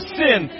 sin